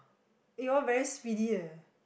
eh you all very speedy eh